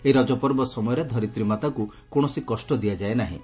ଏହି ରଜପର୍ବ ସମୟରେ ଧରିତ୍ରୀମାତାକୁ କୌଣସି କଷ ଦିଆଯାଏ ନାହିଁ